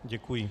Děkuji.